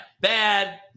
Bad